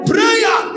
Prayer